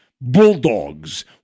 Bulldogs